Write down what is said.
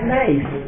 nice